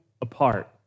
apart